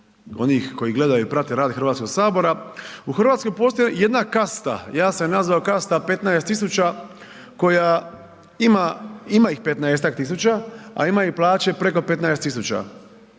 onih koji gledaju i prate rad Hrvatskog sabora, u Hrvatskoj postoji jedna kasta, ja sam je nazvao kasta 15.000 koja ima, ima ih 15-tak tisuća, a imaju plaće preko 15.000.